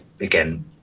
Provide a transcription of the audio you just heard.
again